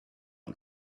not